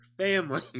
family